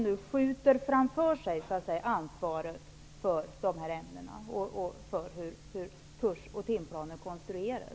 Nu skjuter man ju ansvaret framför sig för dessa ämnen och för hur kurs och timplaner skall konstrueras.